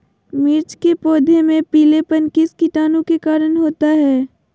मिर्च के पौधे में पिलेपन किस कीटाणु के कारण होता है?